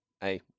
hey